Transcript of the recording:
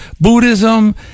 Buddhism